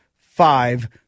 five